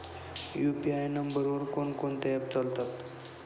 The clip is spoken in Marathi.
यु.पी.आय नंबरवर कोण कोणते ऍप्स चालतात?